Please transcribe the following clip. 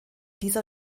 dieser